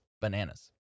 bananas